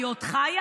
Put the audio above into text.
היא עוד חיה?